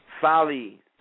Folly